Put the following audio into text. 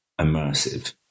immersive